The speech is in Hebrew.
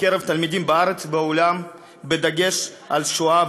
בקרב תלמידים בארץ ובעולם בדגש על השואה,